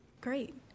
Great